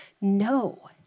No